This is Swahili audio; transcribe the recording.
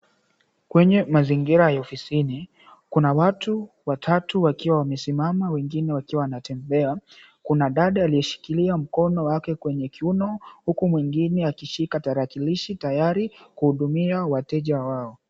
Kwenye mazingira ya ofisini kuna watu watatu wakiwa wamesimama wengine wakiwa wanatembea kuna dada aliyeshikilia mkono wake kwenye kiuno huku mwingine akishika tarakilishi tayari kuwahudumia wateja wao.